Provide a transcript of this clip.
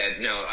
no